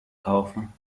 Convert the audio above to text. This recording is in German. kaufen